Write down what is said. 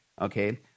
Okay